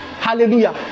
Hallelujah